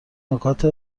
نکات